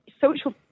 social